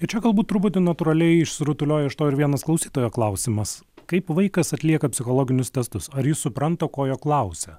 ir čia galbūt truputį natūraliai išsirutuliojo iš to ir vienas klausytojo klausimas kaip vaikas atlieka psichologinius testus ar jis supranta ko jo klausia